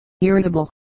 irritable